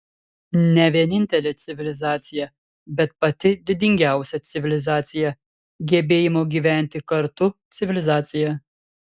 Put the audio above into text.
ne vienintelė civilizacija bet pati didingiausia civilizacija gebėjimo gyventi kartu civilizacija